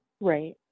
Right